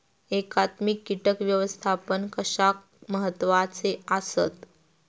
एकात्मिक कीटक व्यवस्थापन कशाक महत्वाचे आसत?